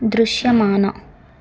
దృశ్యమాన